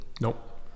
Nope